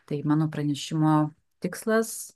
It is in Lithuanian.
tai mano pranešimo tikslas